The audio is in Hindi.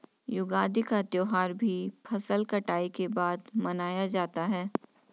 युगादि का त्यौहार भी फसल कटाई के बाद मनाया जाता है